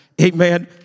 Amen